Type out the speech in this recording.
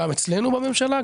גם אצלנו בממשלה,